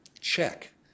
check